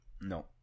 no